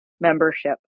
membership